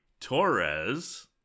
Torres